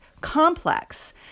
complex